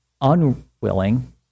unwilling